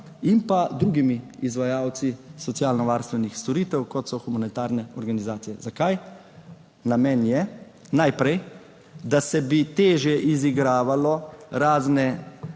in drugimi izvajalci socialnovarstvenih storitev, kot so humanitarne organizacije. Zakaj? Namen je najprej, da bi se težje izigravalo razne